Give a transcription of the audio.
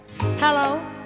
hello